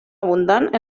abundant